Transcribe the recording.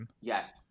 yes